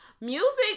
music